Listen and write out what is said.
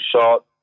shot